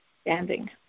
standing